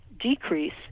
decrease